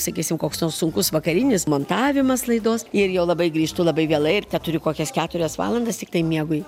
sakysim koks nors sunkus vakarinis montavimas laidos ir jau labai grįžtu labai vėlai ir teturiu kokias keturias valandas tiktai miegui